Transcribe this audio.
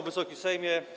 Wysoki Sejmie!